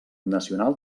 nacional